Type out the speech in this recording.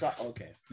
Okay